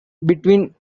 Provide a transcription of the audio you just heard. between